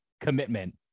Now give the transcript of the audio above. commitment